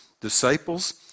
disciples